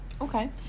okay